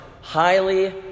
highly